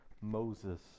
Moses